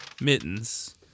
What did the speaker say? Mittens